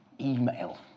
email